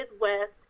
Midwest